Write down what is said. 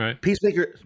Peacemaker